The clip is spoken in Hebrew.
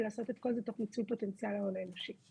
ולעשות את כל זה תוך מיצוי פוטנציאל ההון האנושי.